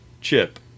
Chip